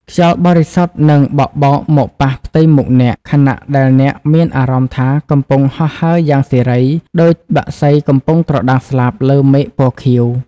ខ្យល់បរិសុទ្ធនឹងបក់បោកមកប៉ះផ្ទៃមុខអ្នក ខណៈដែលអ្នកមានអារម្មណ៍ថាកំពុងហោះហើរយ៉ាងសេរី ដូចបក្សីកំពុងត្រដាងស្លាបលើមេឃពណ៌ខៀវ។